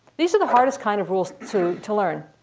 these are the hardest kind of rules to to learn.